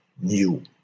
new